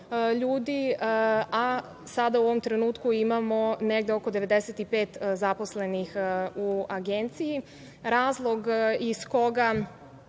a sada u ovom trenutku imamo negde oko 95 zaposlenih u Agenciji. Razlog iz koga